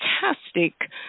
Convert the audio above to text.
fantastic